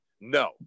No